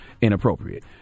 inappropriate